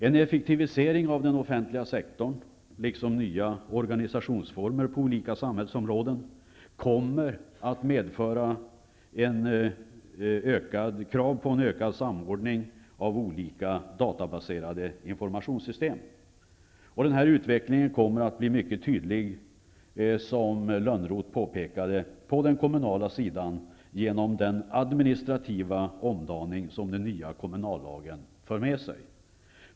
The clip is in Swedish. En effektivisering av den offentliga sektorn liksom nya organisationsformer på olika samhällsområden kommer att medföra krav på en ökad samordning av databaserade informationssystem. Den här utvecklingen kommer, som Johan Lönnroth påpekade, att bli mycket tydlig på den kommunala sidan genom den administrativa omdaning som den nya kommunallagen för med sig.